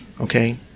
Okay